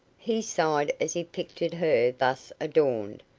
he sighed as he pictured her thus adorned,